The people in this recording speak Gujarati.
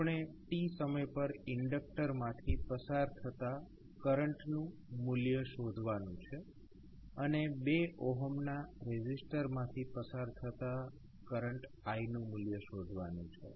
આપણે t સમય પર ઇન્ડક્ટર માંથી પસાર થતા કરંટ નું મૂલ્ય શોધવાનું છે અને 2 ના રેઝિસ્ટર માંથી પસાર થતા કરંટ i નું મૂલ્ય શોધવાનું છે